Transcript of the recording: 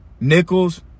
Nickels